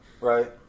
Right